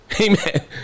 Amen